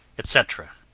etc.